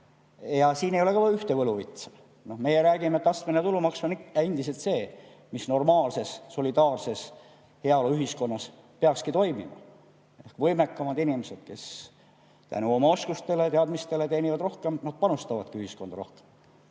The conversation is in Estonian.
Siin ei ole ka ühte võluvitsa. Meie räägime, et astmeline tulumaks on endiselt see, mis normaalses solidaarses heaoluühiskonnas peaks toimima. Võimekamad inimesed, kes tänu oma oskustele ja teadmistele teenivad rohkem, panustavadki ühiskonda rohkem.